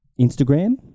Instagram